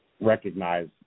recognize